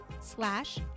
slash